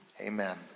Amen